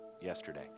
yesterday